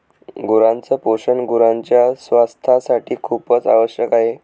गुरांच पोषण गुरांच्या स्वास्थासाठी खूपच आवश्यक आहे